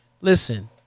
Listen